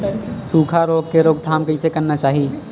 सुखा रोग के रोकथाम कइसे करना चाही?